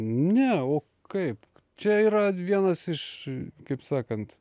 ne o kaip čia yra vienas iš kaip sakant